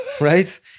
Right